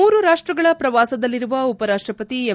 ಮೂರು ರಾಷ್ಟಗಳ ಪ್ರವಾಸದಲ್ಲಿರುವ ಉಪರಾಷ್ಟಪತಿ ಎಂ